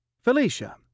Felicia